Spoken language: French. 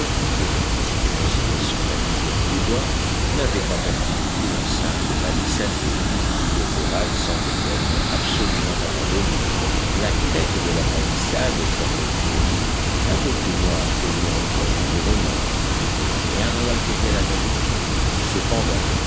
depuis qu'ils s'étaient postés sur la lisière du bois n'avaient pas perdu de vue l'enceinte palissadée le corral semblait être absolument abandonné la crête de la palissade formait une ligne un peu plus noire que l'ombre environnante et rien n'en altérait la netteté cependant